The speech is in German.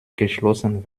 geschlossen